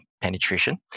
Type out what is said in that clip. penetration